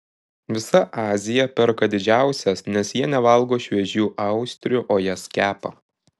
visa azija perka didžiausias nes jie nevalgo šviežių austrių o jas kepa